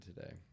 today